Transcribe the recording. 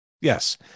Yes